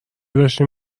داشتیم